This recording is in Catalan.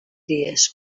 dies